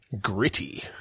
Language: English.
Gritty